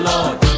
Lord